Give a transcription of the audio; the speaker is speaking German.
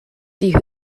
die